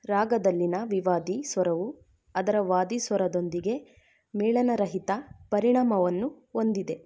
ರಾಗದಲ್ಲಿನ ವಿವಾದಿ ಸ್ವರವು ಅದರ ವಾದಿ ಸ್ವರದೊಂದಿಗೆ ಮೇಳನರಹಿತ ಪರಿಣಾಮವನ್ನು ಹೊಂದಿದೆ